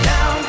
Now